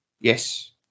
Yes